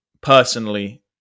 personally